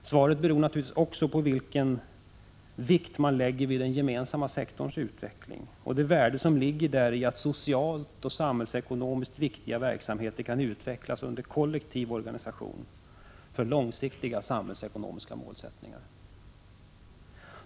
Svaret beror också på vilken vikt man lägger vid den gemensamma sektorns utveckling och det värde som ligger däri, att socialt och samhällsekonomiskt viktiga verksamheter kan utvecklas under kollektiv organisation för långsiktiga samhällsekonomiska målsättningar.